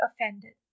offended